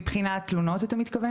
אתה מתכוון מבחינת תלונות?